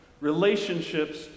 Relationships